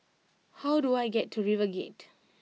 how do I get to RiverGate